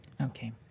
Okay